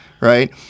right